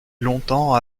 longtemps